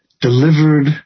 delivered